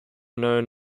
known